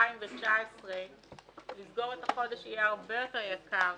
שב-2019 לסגור את החודש יהיה הרבה יותר יקר